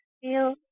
feel